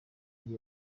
ari